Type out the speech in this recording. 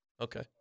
Okay